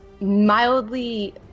mildly